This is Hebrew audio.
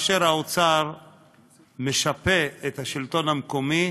והאוצר משפה את השלטון המקומי